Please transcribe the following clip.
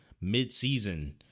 mid-season